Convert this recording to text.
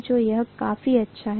तो यह काफी अच्छा है